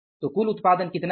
तो कुल उत्पादन कितना है